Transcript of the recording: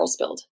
girlsbuild